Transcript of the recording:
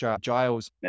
Giles